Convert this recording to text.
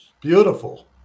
beautiful